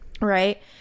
Right